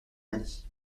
mali